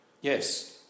Yes